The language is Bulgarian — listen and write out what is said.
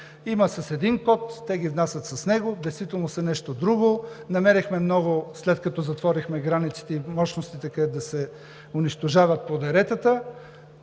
Има един код и те ги внасят с него, а в действителност са нещо друго. Намерихме много, след като затворихме границите и мощностите, където се унищожават по деретата.